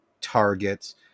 targets